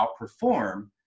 outperform